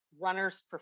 runner's